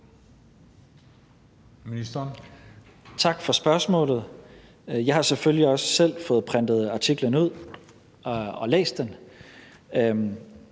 Tak for spørgsmålet. Jeg har selvfølgelig også selv fået printet artiklen ud og har læst den,